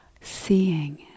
seeing